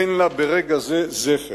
אין לה ברגע זה זכר.